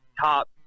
top